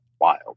wild